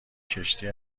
کشتی